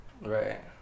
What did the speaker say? right